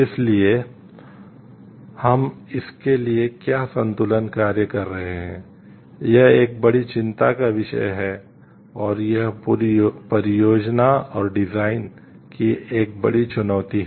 इसलिए हम इसके लिए क्या संतुलन कार्य कर रहे हैं यह एक बड़ी चिंता का विषय है और यह पूरी परियोजना और डिजाइन की एक बड़ी चुनौती है